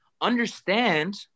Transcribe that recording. understand